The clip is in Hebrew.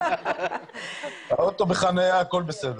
האוטו בחניה, הכול בסדר.